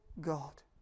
God